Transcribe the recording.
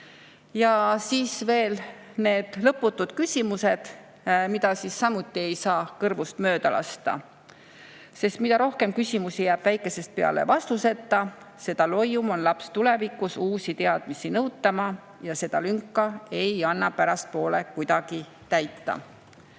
Ja siis veel need lõputud küsimused, mida samuti ei saa kõrvust mööda lasta. Sest mida rohkem küsimusi jääb väikesest peale vastuseta, seda loium on laps tulevikus uusi teadmisi nõutama ja seda lünka ei anna pärastpoole kuidagi täita. Ja